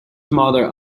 mother